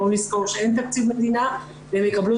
בואו נזכור שאין תקציב מדינה והם יקבלו